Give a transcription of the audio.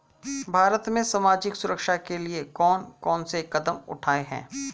भारत में सामाजिक सुरक्षा के लिए कौन कौन से कदम उठाये हैं?